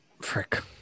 Frick